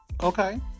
Okay